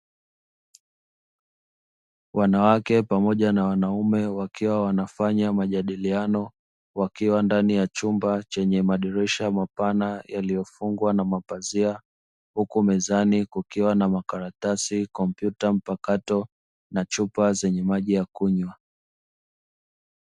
Wanaume pamoja na wanawake wakiwa wanafanya majadiliano wakiwa ndani ya chumba chenye madirisha mapana yaliyofungwa na mapazia. Huku mezani kukiwa na makaratasi, kompyuta mpakato na Chupa zenye maji ya kunywa.